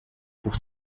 pour